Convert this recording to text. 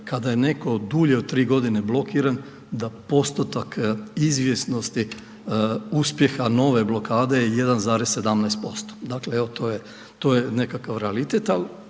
kada je netko dulje od 3 godine blokiran da postotak izvjesnosti uspjeha nove blokade je 1,17%, dakle evo to je nekakav realitet